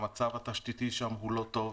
המצב התשתיתי שם הוא לא טוב.